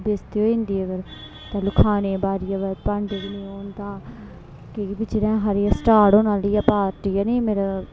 बेस्ती होई जंदी अगर जेल्लै खाने पर बारी आवा ते भांडे गै नी होन तां केह् हर स्टार्ट होन्ने आह्ली पार्टी हैनी मेरा